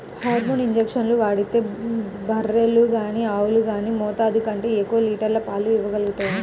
hormone ఇంజక్షన్లు వాడితే బర్రెలు గానీ ఆవులు గానీ మోతాదు కంటే ఎక్కువ లీటర్ల పాలు ఇవ్వగలుగుతాయంట